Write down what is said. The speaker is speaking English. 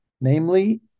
namely